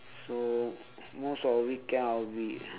so most of the weekend I'll be